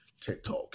TikTok